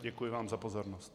Děkuji vám za pozornost.